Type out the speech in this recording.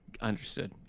Understood